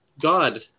God